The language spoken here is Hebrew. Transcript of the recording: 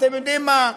אתם יודעים מה,